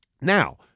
Now